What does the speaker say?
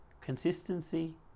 Consistency